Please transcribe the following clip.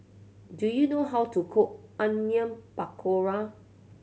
do you know how to cook Onion Pakora